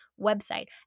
website